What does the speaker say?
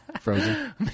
Frozen